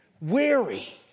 weary